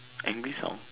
angry sound